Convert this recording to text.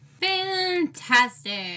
Fantastic